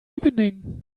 evening